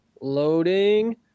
loading